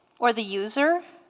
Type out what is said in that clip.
or the user